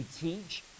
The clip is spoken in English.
teach